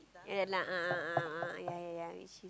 ya lah a'ah a'ah a'ah a'ah a'ah ya ya ya itchy